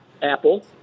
Apple